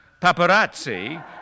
Paparazzi